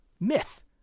Myth